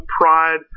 pride